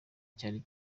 cyari